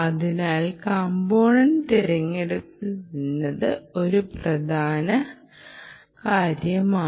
അതിനാൽ കമ്പോണെൻ്റ് തിരഞ്ഞെടുപ്പിന്റെ പ്രധാന വശം ഇതാണ്